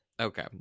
Okay